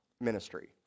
ministry